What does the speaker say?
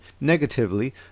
negatively